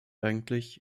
eigentlich